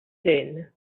din